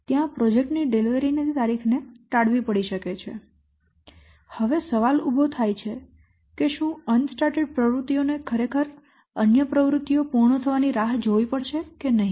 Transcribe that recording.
ત્યાં પ્રોજેક્ટ ની ડિલિવરી ની તારીખને ટાળવી પડી શકે છે હવે સવાલ ઉભો થાય છે કે શું અનસ્ટાર્ટેડ પ્રવૃત્તિઓને ખરેખર અન્ય પ્રવૃત્તિઓ પૂર્ણ થવાની રાહ જોવી પડશે કે નહીં